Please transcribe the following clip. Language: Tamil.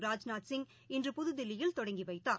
ராஜ்நாத்சிங் இன்று புதுதில்லியில் தொடங்கிவைத்தார்